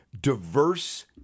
diverse